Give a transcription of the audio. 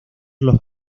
los